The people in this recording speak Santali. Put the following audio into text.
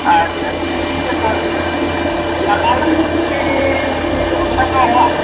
ᱟᱪᱪᱷᱟ ᱴᱷᱤᱠ ᱜᱮᱭᱟ ᱛᱚᱵᱮ ᱞᱟᱜᱟᱣ ᱞᱤᱧᱟᱹ ᱠᱤᱪᱷᱤ ᱚᱱᱠᱟ ᱫᱚ ᱦᱮᱸ